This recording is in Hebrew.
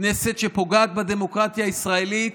כנסת שפוגעת בדמוקרטיה הישראלית,